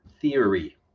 Theory